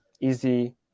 easy